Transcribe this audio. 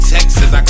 Texas